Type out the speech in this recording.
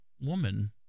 woman